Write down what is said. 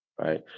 right